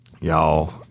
y'all